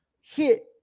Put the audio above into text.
hit